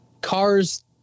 cars